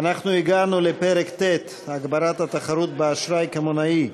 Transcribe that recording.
אנחנו הגענו לפרק ט': הגברת התחרות באשראי קמעונאי.